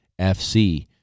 FC